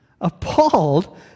Appalled